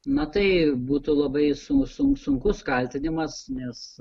na tai būtų labai sun sun sunkus kaltinimas nes